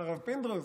הרב פינדרוס,